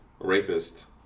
rapist